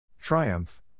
Triumph